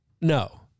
No